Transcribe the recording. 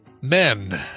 men